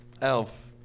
Elf